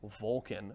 Vulcan